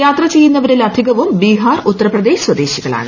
യാത്ര ചെയ്യുന്നവരിൽ അധികവും ബിഹാർ ഉത്തർപ്രദേശ് സ്വദേശികളാണ്